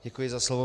Děkuji za slovo.